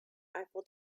eiffel